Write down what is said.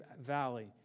valley